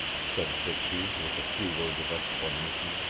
said fitzhugh with a few words of explanation.